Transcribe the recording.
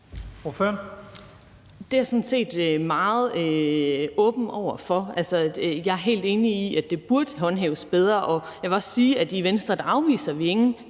Det er jeg sådan set meget åben over for. Jeg er helt enig i, at det burde håndhæves bedre, og jeg vil også sige, at i Venstre afviser vi ingen